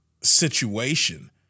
situation